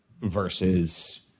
versus